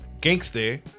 Gangster